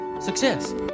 success